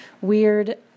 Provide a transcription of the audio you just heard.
weird